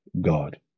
God